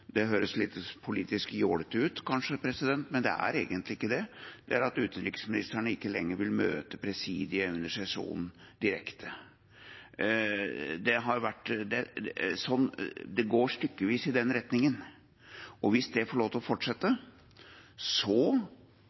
det høres litt politisk jålete ut, kanskje, men det er egentlig ikke det – er at utenriksministerne ikke lenger vil møte presidiet under sesjonen direkte, slik tradisjonen har vært. Det går stykkevis i den retningen, og hvis det får lov til å fortsette,